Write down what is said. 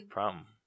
Problem